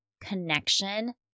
connection